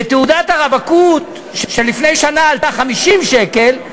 ותעודת הרווקות שלפני שנה עלתה 50 שקל,